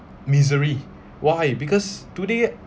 misery why because today